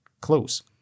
close